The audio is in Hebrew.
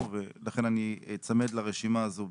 קודם לכן ולכן אני איצמד לרשימה הזאת.